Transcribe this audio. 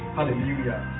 Hallelujah